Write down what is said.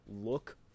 look